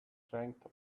strength